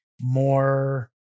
more